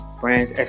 Brands